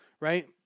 right